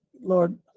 Lord